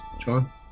john